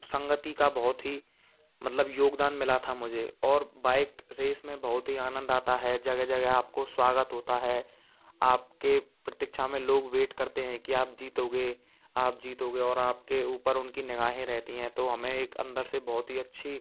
संगति का बहुत ही मतलब योगदान मिला था मुझे और बाइक रेस में बहुत ही आनंद आता है जगह जगह आपको स्वागत होता है आपके प्रतीक्षा में लोग वेट करते हैं कि आप जीतोगे आप जीतोगे और आपके ऊपर उनकी निगाहें रहती हैं तो हमें एक अंदर से बहुत ही अच्छी